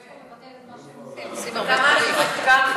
באמת, אי-אפשר לבטל את מה שהם עושים.